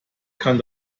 kann